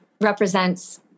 represents